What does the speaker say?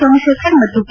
ಸೋಮಶೇಖರ ಮತ್ತು ಕೆ